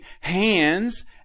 hands